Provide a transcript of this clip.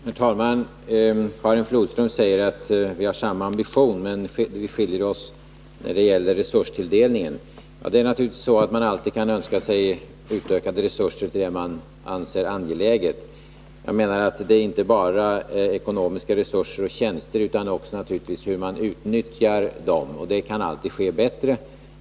Herr talman! Karin Flodström säger att vi har samma ambitioner men att vi skiljer oss åt när det gäller resurstilldelningen. Man kan naturligtvis alltid önska ökade resurser till vad man anser angeläget. Men det är inte bara fråga om ekonomiska resurser och tjänster utan också om hur man utnyttjar dem, och det kan alltid göras bättre.